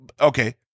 Okay